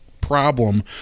problem